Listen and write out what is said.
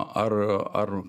ar ar